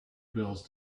bills